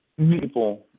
People